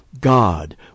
god